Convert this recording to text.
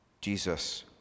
Jesus